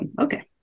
Okay